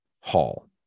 hall